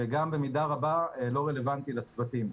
ולחבר כוחות נוספים ולייצר תהליכים משותפים,